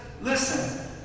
listen